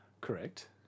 Correct